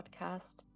podcast